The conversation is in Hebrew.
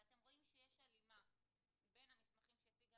ואתם רואים שיש הלימה בין המסמכים שהציגה